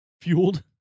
fueled